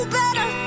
better